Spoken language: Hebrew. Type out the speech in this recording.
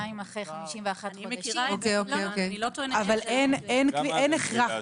אבל אין הכרח.